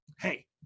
Hey